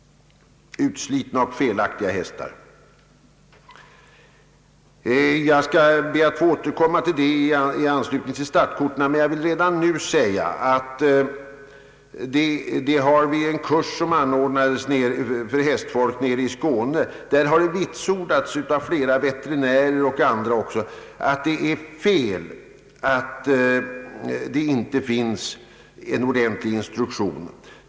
Jag skall be att få återkomma till det i anslutning till frågan om startkorten, men jag vill redan nu säga att det vid en kurs, anordnad för hästfolk i Skåne, vitsordades av flera veterinärer — och även andra — att det är fel att det inte finns någon ordentlig instruktion.